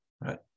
right